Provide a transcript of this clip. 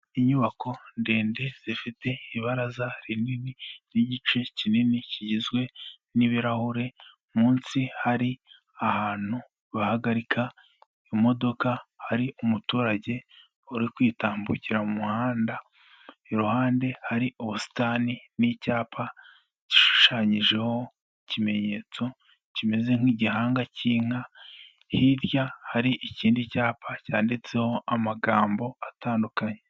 Inyubako ndende zifite ibaraza rinini ry'igice kinini kigizwe n'ibirahure munsi hari ahantu bahagarika imodoka hari umuturage uri kwitambukira mu muhanda iruhande hari ubusitani n'icyapa gishushanyijeho ikimenyetso kimeze nk'igihanga cy'inka hirya hari ikindi cyapa cyanditseho amagambo atandukanye.